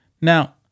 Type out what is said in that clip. Now